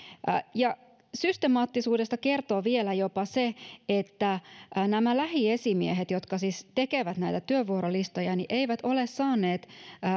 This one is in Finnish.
toimii systemaattisuudesta kertoo vielä jopa se että lähiesimiehet jotka siis tekevät näitä työvuorolistoja eivät ole saaneet